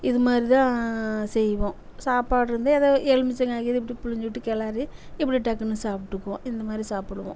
இதுமாதிரிதான் செய்வோம் சாப்பாடு இருந்தால் ஏதோ எலுமிச்சங்காய் பிழிஞ்சிவிட்டு கிளரி இப்படி டக்குனு சாப்பிட்டுக்குவோம் இந்தமாதிரி சாப்பிடுவோம்